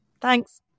Thanks